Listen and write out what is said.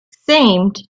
seemed